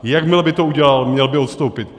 Jakmile by to udělal, měl by odstoupit.